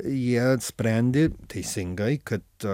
jie sprendė teisingai kad